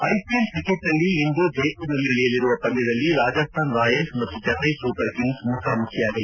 IPL ಕ್ರಿಕೆಟ್ನಲ್ಲಿ ಇಂದು ಜೈಮರದಲ್ಲಿ ನಡೆಯಲಿರುವ ಪಂದ್ಯದಲ್ಲಿ ರಾಜಸ್ತಾನ್ ರಾಯಲ್ಸ್ ಮತ್ತು ಚೆನ್ನೈ ಸೂಪರ್ ಕಿಂಗ್ಸ್ ಮುಖಾಮುಖಿಯಾಗಲಿವೆ